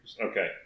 Okay